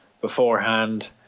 beforehand